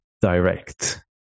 direct